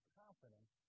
confidence